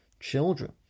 children